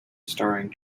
starring